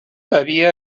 havia